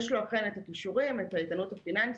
יש לו את הכישורים ואת האיתנות הפיננסית.